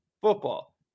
football